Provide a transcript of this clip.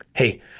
Hey